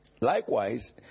Likewise